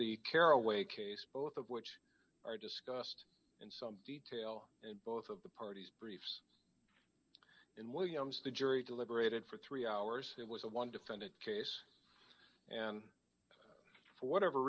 the caraway case both of which are discussed in some detail and both of the parties briefs in williams the jury deliberated for three hours it was a one defendant case and for whatever